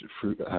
fruit